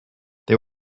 they